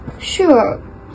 Sure